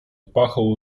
pachą